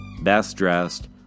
best-dressed